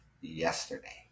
yesterday